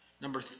Number